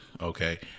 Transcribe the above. Okay